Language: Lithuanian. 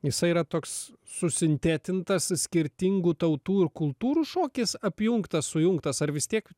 jisai yra toks susintetintas iš skirtingų tautų ir kultūrų šokis apjungtas sujungtas ar vis tiek